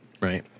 right